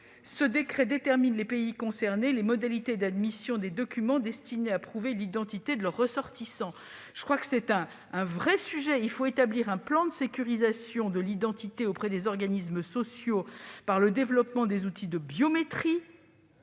Ce décret détermine les pays concernés et les modalités d'admission des documents destinés à prouver l'identité de leurs ressortissants. » C'est un véritable sujet ! Il faut établir- c'est très important -un plan de sécurisation de l'identité auprès des organismes sociaux le développement des outils de biométrie.